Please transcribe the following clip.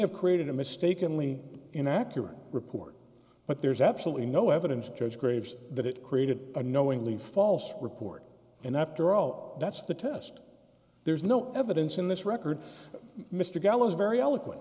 have created a mistakenly inaccurate report but there's absolutely no evidence that shows graves that it created a knowingly false report and after all that's the test there's no evidence in this record mr gallo's very eloquent